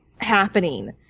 happening